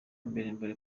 mbere